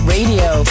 Radio